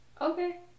Okay